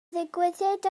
ddigwyddiad